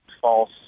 false